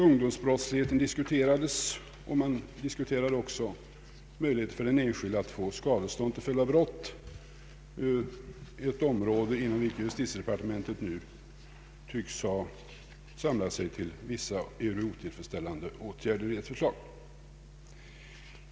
Ungdomsbrottsligheten diskuterades, liksom möjligheterna för den enskilde att få skadestånd med anledning av brott — ett område där justitiedepartementet nyss har samlat sig till ett förslag om vissa, ehuru otillfredsställande åtgärder.